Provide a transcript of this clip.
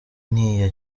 n’iya